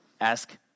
Ask